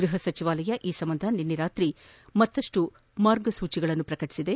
ಗೃಹ ಸಚಿವಾಲಯ ಈ ಸಂಬಂಧ ನಿನ್ನೆ ರಾತ್ರಿ ಮತ್ತಪ್ಪು ಮಾರ್ಗಸೂಚಿಗಳನ್ನು ಪ್ರಕಟಿಸಿದೆ